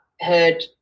heard